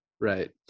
Right